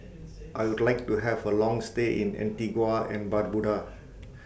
I Would like to Have A Long stay in Antigua and Barbuda